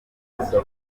remezo